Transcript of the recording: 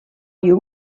you